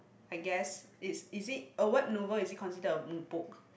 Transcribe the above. I guess is is it a web novel is it consider a book